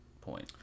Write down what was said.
point